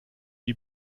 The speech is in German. die